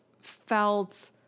felt